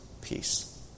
peace